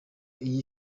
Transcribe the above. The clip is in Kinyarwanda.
iyi